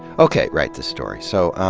okay, right, the story. so,